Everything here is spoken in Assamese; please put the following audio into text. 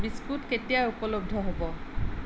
বিস্কুট কেতিয়া উপলব্ধ হ'ব